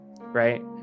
right